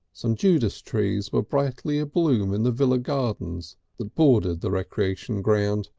some judas trees were brightly abloom in the villa gardens that bordered the recreation ground,